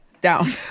down